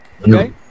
okay